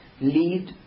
lead